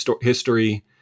history